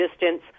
distance